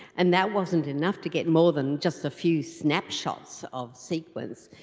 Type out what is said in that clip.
and that wasn't enough to get more than just a few snapshots of sequence.